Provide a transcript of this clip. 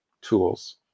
tools